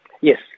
yes